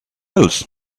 else